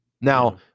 Now